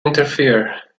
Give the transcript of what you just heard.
interfere